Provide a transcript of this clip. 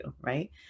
right